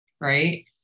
Right